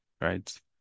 right